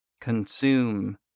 Consume